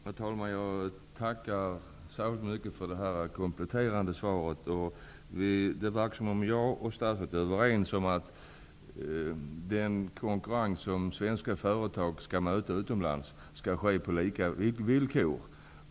Herr talman! Jag tackar särskilt mycket för det kompletterande svaret. Det verkar som att jag och statsrådet är överens om att den konkurrens som svenska företag möter utomlands skall ske på lika villkor.